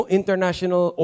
international